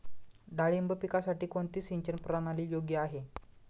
डाळिंब पिकासाठी कोणती सिंचन प्रणाली योग्य आहे?